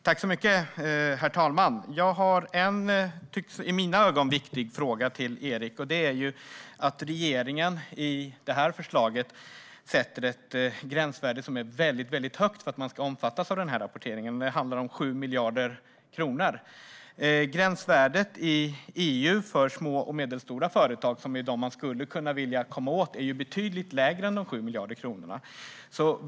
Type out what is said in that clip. Herr talman! Jag har en i mina ögon viktig fråga till Erik. Regeringen sätter i förslaget ett gränsvärde som är väldigt högt för att man ska omfattas av rapporteringen. Det handlar om 7 miljarder kronor. Gränsvärdet i EU för små och medelstora företag, som är de som man skulle kunna vilja komma åt, är betydligt lägre än 7 miljarder kronor.